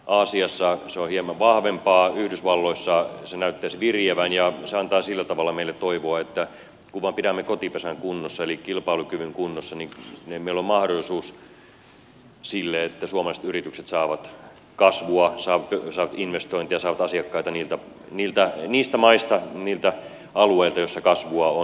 aasiassa se on hieman vahvempaa yhdysvalloissa se näyttäisi viriävän ja se antaa sillä tavalla meille toivoa että kun vain pidämme kotipesän kunnossa eli kilpailukyvyn kunnossa niin meillä on mahdollisuus sille että suomalaiset yritykset saavat kasvua saavat investointeja saavat asiakkaita niistä maista niiltä alueilta joissa kasvua on